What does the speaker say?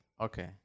Okay